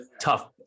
tough